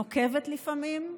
נוקבת לפעמים,